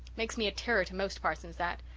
makes me a terror to most parsons, that!